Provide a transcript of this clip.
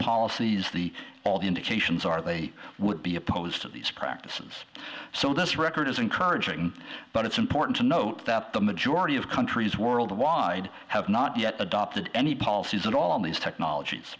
policies the all the indications are they would be opposed to these practices so this record is encouraging but it's important to note that the majority of countries worldwide have not yet adopted any policies at all on these technologies